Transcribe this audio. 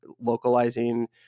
localizing